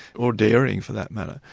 or dairying for that matter,